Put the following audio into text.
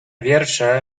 wiersze